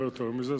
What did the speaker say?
לא יותר מזה,